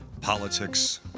politics